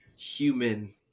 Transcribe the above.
human